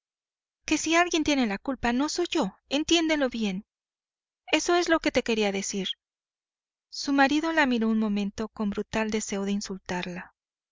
que si alguien tiene la culpa no soy yo entiéndelo bien eso es lo que te quería decir su marido la miró un momento con brutal deseo de insultarla